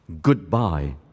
goodbye